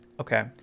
okay